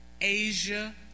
Asia